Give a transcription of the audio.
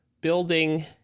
building